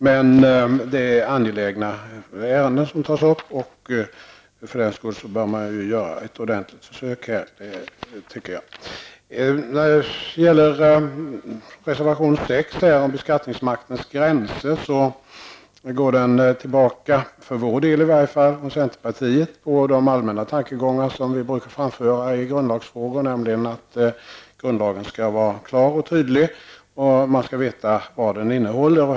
Det är emellertid angelägna ärenden som tas upp, och för den skull bör man göra ett ordentligt försök. Reservation nr 6 om beskattningsmaktens gränser bygger för centerpartiets del på de allmänna tankegångar som vi brukar framföra i grundlagsfrågor, nämligen att grundlagen skall vara klar och tydlig; man skall veta vad den innehåller.